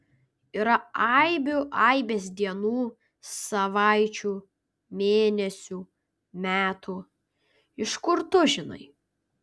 yra aibių aibės dienų savaičių mėnesių metų iš kur tu žinai